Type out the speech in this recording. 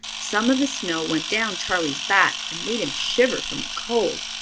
some of the snow went down charley's back and made him shiver from the cold.